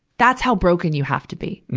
that's how broken you have to be,